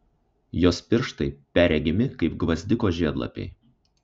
jos pirštai perregimi kaip gvazdiko žiedlapiai